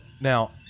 Now